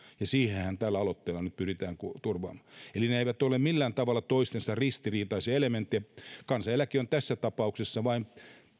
ja sitähän tällä aloitteella nyt pyritään turvaamaan eli ne eivät ole millään tavalla toisillensa ristiriitaisia elementtejä kansaneläke on tässä tapauksessa vain